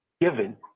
given